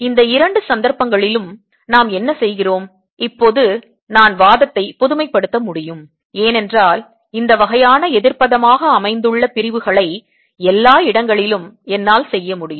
இந்த இரண்டு சந்தர்ப்பங்களிலும் நாம் என்ன செய்கிறோம் இப்போது நான் வாதத்தை பொதுமைப்படுத்த முடியும் ஏனென்றால் இந்த வகையான எதிர்ப்பதமாக அமைந்துள்ள பிரிவுகளை எல்லா இடங்களிலும் என்னால் செய்ய முடியும்